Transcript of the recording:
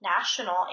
national